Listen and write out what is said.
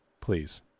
please